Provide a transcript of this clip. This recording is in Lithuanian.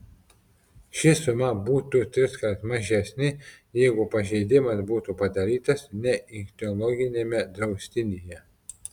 ši suma būtų triskart mažesnė jeigu pažeidimas būtų padarytas ne ichtiologiniame draustinyje